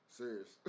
serious